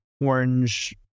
orange